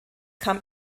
kam